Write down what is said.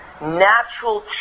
natural